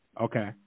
Okay